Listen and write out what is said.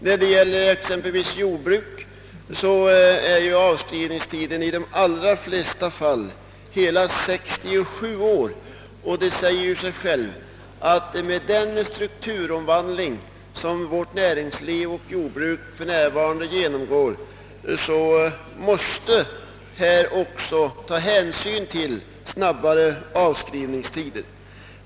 När det gäller exempelvis jordbruk är ju avskrivningstiden i de allra flesta fall heia 67 år, och det säger sig självt att med den strukturomvandling som vårt jordbruk och näringsliv över huvud taget för närvarande genomgår måste också hänsyn tas till behovet av kortare avskrivningstider.